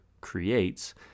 creates